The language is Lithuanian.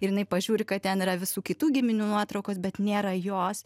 ir jinai pažiūri kad ten yra visų kitų giminių nuotraukos bet nėra jos